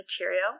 material